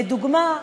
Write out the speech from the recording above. לדוגמה,